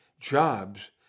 jobs